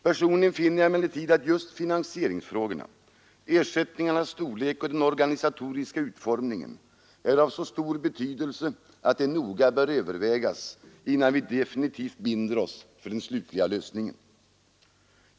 Personligen finner jag emellertid att just frågorna om finansieringen, ersättningarnas storlek och den organisatoriska utformningen är av så stor betydelse att de noga bör övervägas innan vi binder oss för den slutliga lösningen.